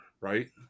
right